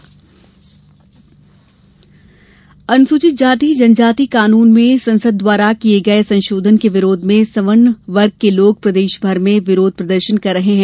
धारा आदेश अनुसूचित जाति जनजाति कानून में संसद द्वारा किये गये संशोधन के विरोध में सवर्ण वर्ग के लोग प्रदेश भर में विरोध प्रदर्शन कर रहे हैं